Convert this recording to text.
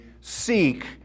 seek